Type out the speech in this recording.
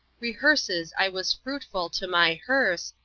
rehearses i was fruitful to my hearse,